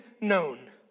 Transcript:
known